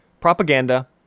propaganda